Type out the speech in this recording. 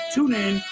TuneIn